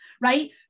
right